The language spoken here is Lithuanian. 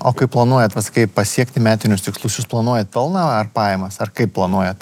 o kai planuojat va sakai pasiekti metinius tikslus jūs planuojat pelną ar pajamas ar kaip planuojat